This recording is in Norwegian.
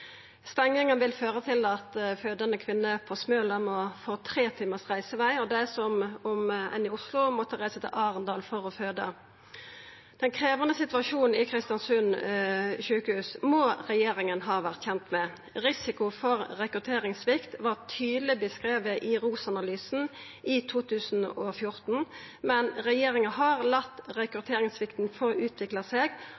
at fødande kvinner på Smøla no får tre timars reiseveg, og det er som om ein i Oslo måtte reisa til Arendal for å føda. Den krevjande situasjonen ved Kristiansund sjukehus må regjeringa ha vore kjend med. Risikoen for rekrutteringssvikt var tydeleg beskriven i ROS-analysen i 2014, men regjeringa har latt